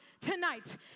tonight